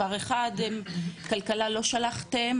משרד הכלכלה לא שלחו,